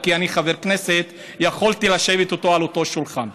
כי אני חבר כנסת ויכולתי לשבת איתו על אותו שולחן.